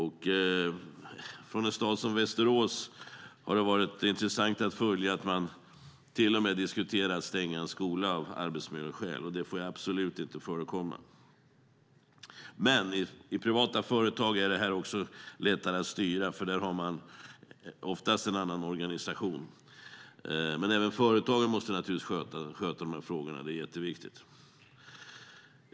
I en stad som Västerås har det varit intressant att följa att man till och med diskuterar att stänga en skola av arbetsmiljöskäl, och det får absolut inte förekomma. Men i privata företag är det lättare att styra, för där har man oftast en annan organisation. Men även företagen måste naturligtvis sköta de här frågorna - det är jätteviktigt.